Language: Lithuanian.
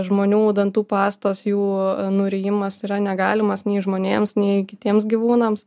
žmonių dantų pastos jų nurijimas yra negalimas nei žmonėms nei kitiems gyvūnams